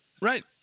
Right